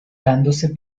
dándose